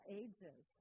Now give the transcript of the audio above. ages